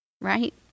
right